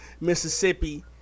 Mississippi